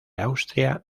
austria